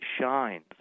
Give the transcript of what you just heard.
shines